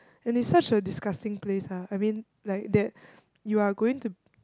and it's such a disgusting place ah I mean like that you're going to